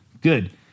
Good